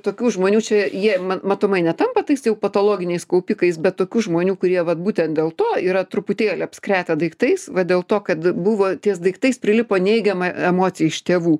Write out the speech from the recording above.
tokių žmonių čia jie matomai netampa tais jau patologiniais kaupikais bet tokių žmonių kurie vat būtent dėl to yra truputėlį apskretę daiktais va dėl to kad buvo ties daiktais prilipo neigiama emocija iš tėvų